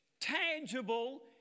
tangible